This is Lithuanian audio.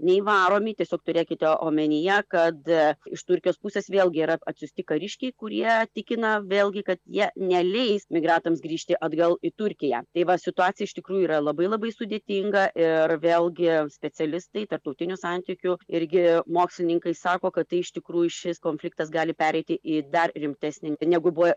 nei varomi tiesiog turėkite omenyje kad iš turkijos pusės vėlgi yra atsiųsti kariškiai kurie tikina vėlgi kad jie neleis migrantams grįžti atgal į turkiją tai va situacija iš tikrųjų yra labai labai sudėtinga ir vėlgi specialistai tarptautinių santykių irgi mokslininkai sako kad tai iš tikrųjų šis konfliktas gali pereiti į dar rimtesnį negu buvo